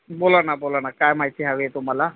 बोला ना बोला ना काय माहिती हवी आहे तुम्हाला